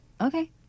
Okay